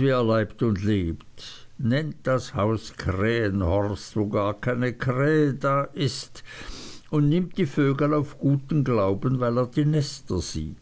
wie er leibt und lebt nennt das haus krähenhorst wo gar keine krähe da ist und nimmt die vögel auf guten glauben weil er die nester sieht